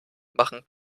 machen